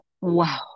wow